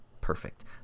perfect